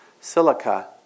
Silica